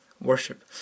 worship